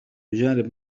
بجانب